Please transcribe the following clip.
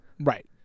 Right